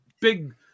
big